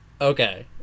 okay